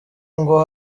ngo